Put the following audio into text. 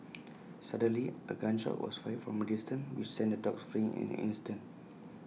suddenly A gun shot was fired from A distance which sent the dogs fleeing in an instant